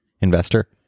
investor